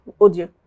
audio